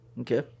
Okay